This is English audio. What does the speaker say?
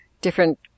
different